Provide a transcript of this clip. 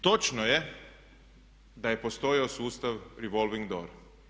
Točno je da je postojao sustav revolving door.